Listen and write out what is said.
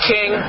King